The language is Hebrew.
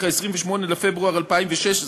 כוללת אף סכומים המצויים ברשות המסים,